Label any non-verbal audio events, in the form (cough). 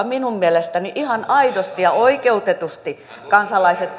(unintelligible) minun mielestäni ihan aidosti ja oikeutetusti kansalaiset (unintelligible)